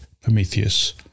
Prometheus